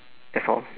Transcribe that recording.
that's all